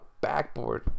backboard